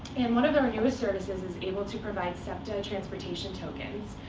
and one of our newest services is able to provide septa and transportation tokens.